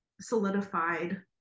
solidified